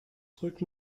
drück